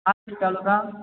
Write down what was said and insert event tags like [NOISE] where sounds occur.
[UNINTELLIGIBLE] taluka